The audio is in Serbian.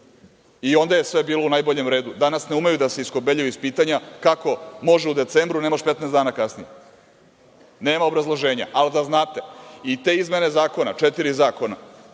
Onda je sve bilo u najboljem redu. Danas ne umeju da se iskobeljaju iz pitanja kako može u decembru, a ne može 15 dana kasnije. Nema obrazloženja, ali da znate, i te izmene zakona, četiri zakona